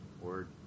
Word